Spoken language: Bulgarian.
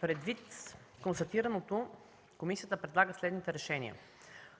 Предвид констатираното, комисията предлага следните решения: